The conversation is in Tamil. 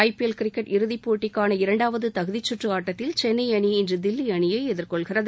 ஐ பி எல் கிரிக்கெட் இறுதிப்போட்டிக்கான இரண்டாவது தகுதிச் சுற்று ஆட்டத்தில் சென்னை அணி இன்று தில்லி அணியை எதிர்கொள்கிறது